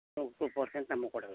to two percent ನಮ್ಗೆ ಕೊಡ್ಬೇಕು